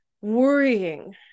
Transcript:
worrying